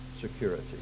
security